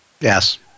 Yes